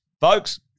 folks